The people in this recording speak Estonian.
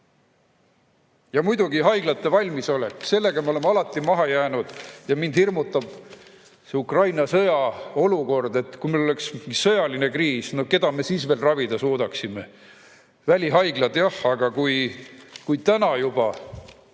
Ja muidugi haiglate valmisolek, sellega me oleme alati maha jäänud. Mind hirmutab Ukraina sõjaolukord. Kui meil puhkeks sõjaline kriis, siis keda me veel ravida suudaksime? Välihaiglad, jah. Aga kui täna juba